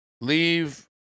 Leave